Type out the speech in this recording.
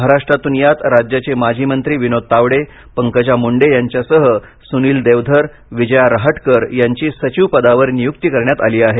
महाराष्ट्रातून यात राज्याचे माजी मंत्री विनोद तावडे पंकजा मुंडे यांच्यासह सुनील देवधर विजया रहाटकर सचिव पदावर नियुक्ती करण्यात आली आहे